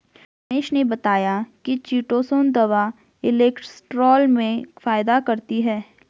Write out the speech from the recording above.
उमेश ने बताया कि चीटोसोंन दवा कोलेस्ट्रॉल में फायदा करती है